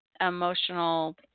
emotional